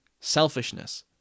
Selfishness